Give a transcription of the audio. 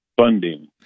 Funding